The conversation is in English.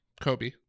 kobe